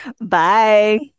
Bye